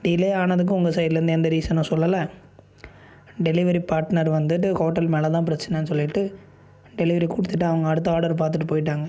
delay ஆனதுக்கும் உங்கள் சைடுலேயிர்ந்து எந்த ரீசனும் சொல்லலை டெலிவரி பார்ட்னர் வந்துவிட்டு ஹோட்டல் மேலே தான் பிரச்சனன்னு சொல்லிவிட்டு டெலிவரி கொடுத்துட்டு அவங்க அடுத்த ஆர்டர் பார்த்துட்டு போயி விட்டாங்க